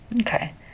Okay